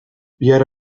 bihar